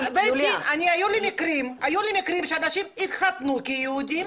היו לי מקרים של אנשים שהתחתנו כיהודים,